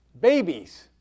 babies